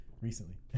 recently